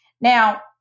Now